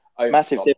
massive